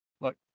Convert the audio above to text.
look